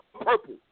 Purple